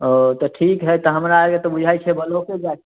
ओ तऽ ठीक हए तऽ हमरा एक बुझाइत छै ब्लॉके जाए